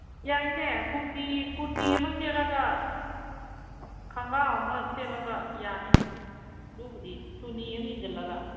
ꯌꯥꯏꯌꯦ ꯀꯨꯔꯇꯤ ꯀꯨꯔꯇꯤ ꯑꯃ ꯁꯦꯠꯂꯒ ꯈꯣꯡꯒ꯭ꯔꯥꯎ ꯑꯃ ꯁꯦꯠꯂꯒ ꯌꯥꯅꯤꯅꯦ ꯑꯗꯨꯕꯨꯗꯤ ꯆꯨꯅꯤ ꯑꯃ ꯏꯟꯁꯜꯂꯒ